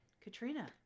Katrina